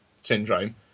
syndrome